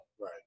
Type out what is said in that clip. Right